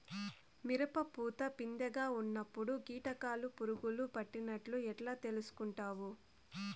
మిరప పూత పిందె గా ఉన్నప్పుడు కీటకాలు పులుగులు పడినట్లు ఎట్లా తెలుసుకుంటావు?